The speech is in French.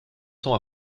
temps